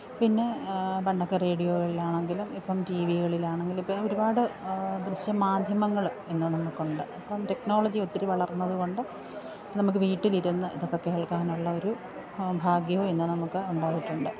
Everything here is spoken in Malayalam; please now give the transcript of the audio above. പിന്നെ പണ്ടൊക്കെ റേഡിയോയിലാണെങ്കിലും ഇപ്പോള് ടി വികളിലാണെങ്കിലും ഇപ്പോള് ഒരുപാട് ദൃശ്യമാധ്യമങ്ങള് ഇന്ന് നമുക്കുണ്ട് അപ്പോള് ടെക്നോളജി ഒത്തിരി വളർന്നതുകൊണ്ട് നമുക്ക് വീട്ടിലിരുന്ന് ഇതൊക്കെ കേൾക്കാനുള്ള ഒരു ഭാഗ്യവും ഇന്ന് നമുക്ക് ഉണ്ടായിട്ടുണ്ട്